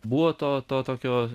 buvo to tokio